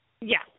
Yes